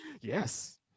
Yes